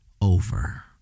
over